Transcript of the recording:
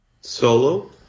Solo